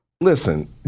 Listen